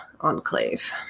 Enclave